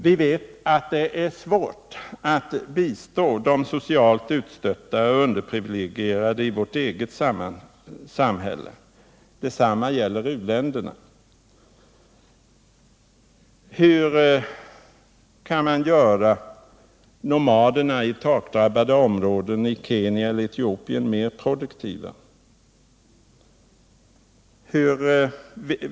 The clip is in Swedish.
Vi vet att det är svårt att bistå de socialt utstötta och underprivilegierade i vårt eget samhälle. Detsamma gäller u-länderna. Hur kan man göra nomaderna i torkdrabbade områden i Kenya eller Etiopien mer produktiva?